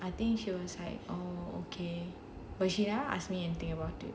I think she was like oh okay but she never ask me anything about it